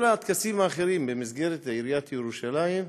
כל הטקסים האחרים, במסגרת עיריית ירושלים,